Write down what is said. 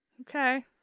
Okay